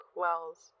wells